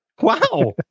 Wow